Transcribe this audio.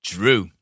Drew